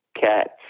cats